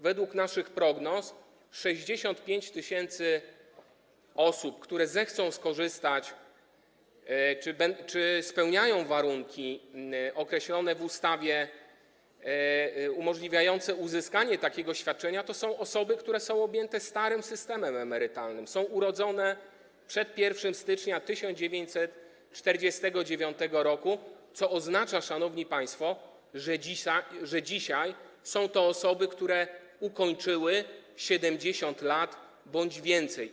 Według naszych prognoz 65 tys. osób, które zechcą z tego skorzystać, spełniają warunki określone w ustawie umożliwiające uzyskanie takiego świadczenia, to są osoby, które są objęte starym systemem emerytalnym - są urodzone przed 1 stycznia 1949 r, co oznacza, szanowni państwo, że dzisiaj są to osoby, które ukończyły 70 lat bądź więcej.